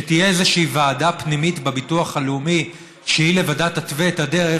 שתהיה איזו ועדה פנימית בביטוח הלאומי שהיא לבדה תתווה את הדרך,